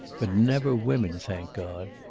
but never women, thank god.